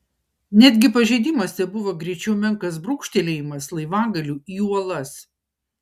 netgi pažeidimas tebuvo greičiau menkas brūkštelėjimas laivagaliu į uolas